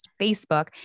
Facebook